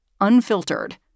unfiltered